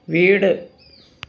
വീട്